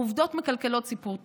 העובדות מקלקלות סיפור טוב.